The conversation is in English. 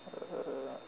uh